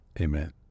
Amen